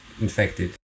infected